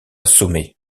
assommé